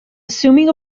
assuming